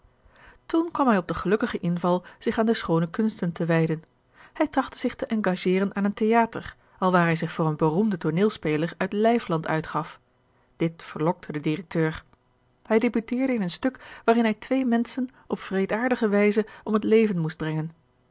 toen kwam hij op den gelukkigen inval zich aan de schoone kunsten te wijden hij trachtte zich te engageren aan een theater alwaar hij zich voor een beroemden tooneelspeler uit lijfland uitgaf dit verlokte den directeur hij debuteerde in een stuk waarin hij twee menschen op wreedaardige wijze om het leven moest brengen